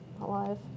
alive